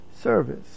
service